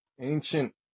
ancient